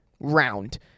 round